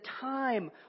time